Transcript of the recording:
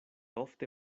ofte